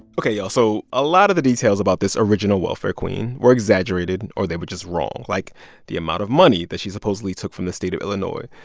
ok, y'all, so a lot of the details about this original welfare queen were exaggerated, or they were just wrong like the amount of money that she supposedly took from the state of illinois.